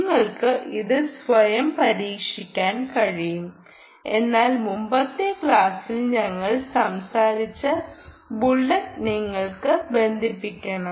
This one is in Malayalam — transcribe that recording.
നിങ്ങൾക്ക് ഇത് സ്വയം പരീക്ഷിക്കാൻ കഴിയും എന്നാൽ മുമ്പത്തെ ക്ലാസ്സിൽ ഞങ്ങൾ സംസാരിച്ച ബുള്ളറ്റ് നിങ്ങൾ ബന്ധിപ്പിക്കണം